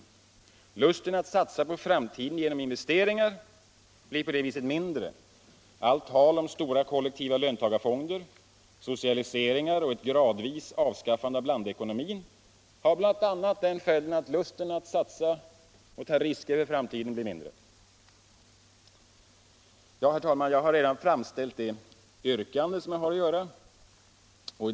Lusten att satsa på framtiden genom investeringar blir på det viset mindre. Allt tal om stora kollektiva löntagarfonder, socialiseringar och ett gradvis avskaffande av blandekonomin har bl.a. den följden att lusten att satsa och ta risker i framtiden blir mindre. Herr talman! Jag har redan framställt det yrkande som jag har att göra.